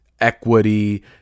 equity